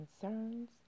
concerns